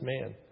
man